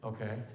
Okay